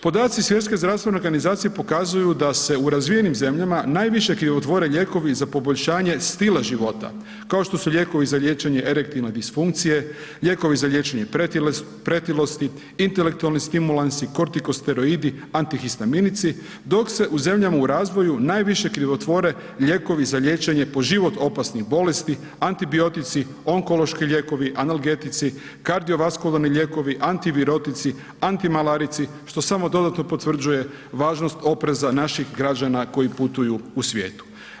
Podaci Svjetske zdravstvene organizacije pokazuju da se u razvijenim zemljama najviše krivotvore lijekovi za poboljšanje stila života, kao što su lijekovi za liječenje erektilne disfunkcije, lijekovi za liječenje pretilosti, intelektualni stimulansi, kortikosteroidi, antihistaminici, dok se u zemljama u razvoju najviše krivotvore lijekovi za liječenje po život opasnih bolesti, antibiotici, onkološki lijekovi, analgetici, kardiovaskularni lijekovi, antivirotici, antimalarici, što samo dodatno potvrđuje važnost opreza naših građana koji putuju u svijetu.